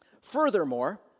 Furthermore